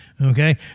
Okay